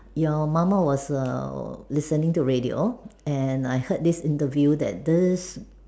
your mama was err listening to radio and I heard this interview that this